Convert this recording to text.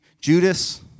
Judas